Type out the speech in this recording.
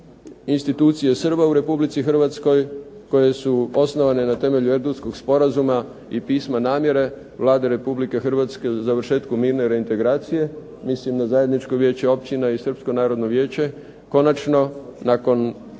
institucije Srba u Republici Hrvatskoj koje su osnovane na temelju Erdutskog sporazuma i pisma namjere Vladi Republike Hrvatske za završetku mirne reintegracije, mislim da Zajedničko vijeće općina i Srpsko narodno vijeće konačno nakon